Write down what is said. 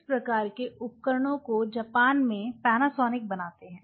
इस प्रकार के उपकरणों को जापान में पैनासोनिक बनाते हैं